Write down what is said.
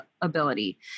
ability